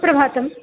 प्रभातम्